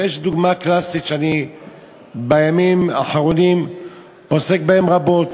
ויש דוגמה קלאסית שאני בימים האחרונים עוסק בה רבות,